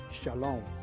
Shalom